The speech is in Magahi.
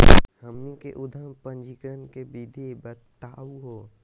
हमनी के उद्यम पंजीकरण के विधि बताही हो?